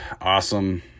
Awesome